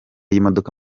y’imodoka